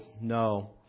no